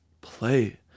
play